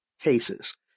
cases